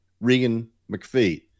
Regan-McPhee